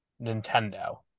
Nintendo